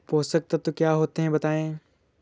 पोषक तत्व क्या होते हैं बताएँ?